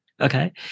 Okay